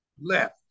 left